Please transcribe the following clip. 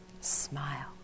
smile